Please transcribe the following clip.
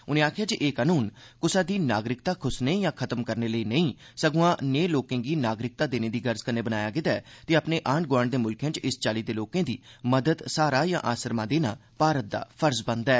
उनें आक्खेआ जे एह् कानून कुसै दी नागरिकता खुस्सने या खत्म करने लेई नेईं संगुआ नेह् लोकें गी नागरिकता देने दी गर्ज कन्नै बनाया गेआ ऐ ते अपने आंड गोआंड दे मुल्खें च इस चाली दे लोकें गी मदद सहारा या आसरमा देना भारत दा फर्ज बनदा ऐ